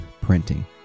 printing